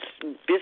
business